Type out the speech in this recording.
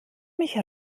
mich